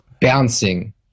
bouncing